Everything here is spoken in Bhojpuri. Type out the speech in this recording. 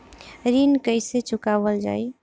ऋण कैसे चुकावल जाई?